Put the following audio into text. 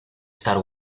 star